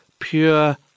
pure